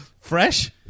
Fresh